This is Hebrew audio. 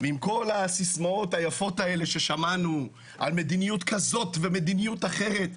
ועם כל הסיסמאות היפות האלה ששמענו על מדיניות כזאת ומדיניות אחרת,